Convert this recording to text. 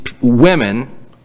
women